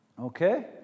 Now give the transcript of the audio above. okay